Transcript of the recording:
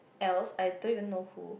else I don't even know who